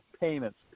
payments